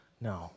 No